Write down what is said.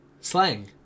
Slang